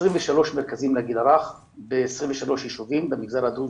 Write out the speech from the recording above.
23 מרכזים לגיל הרך ב-23 ישובים במגזר הדרוזי,